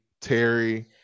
Terry